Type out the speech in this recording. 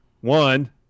one